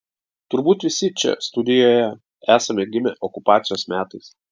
turbūt visi čia studijoje esame gimę okupacijos metais